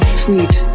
sweet